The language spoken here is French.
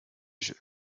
jeu